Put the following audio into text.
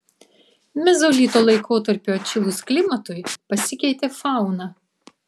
mezolito laikotarpiu atšilus klimatui pasikeitė fauna